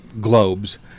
globes